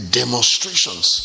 demonstrations